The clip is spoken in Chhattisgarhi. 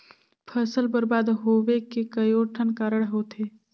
फसल बरबाद होवे के कयोठन कारण होथे